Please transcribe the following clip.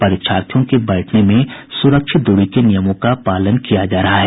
परीक्षार्थियों के बैठने में सुरक्षित दूरी के नियमों का पालन किया जा रहा है